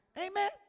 Amen